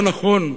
לא נכון,